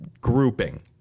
grouping